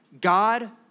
God